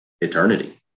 eternity